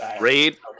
Raid